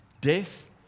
Death